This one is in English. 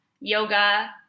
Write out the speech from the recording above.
yoga